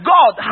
God